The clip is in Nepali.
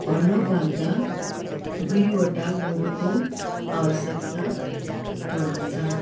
हलो बाँध्दा दुईवटा गोरुको आवश्यकता पर्दछ